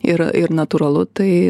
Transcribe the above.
ir ir natūralu tai